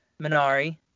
Minari